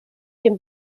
den